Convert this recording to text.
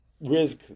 risk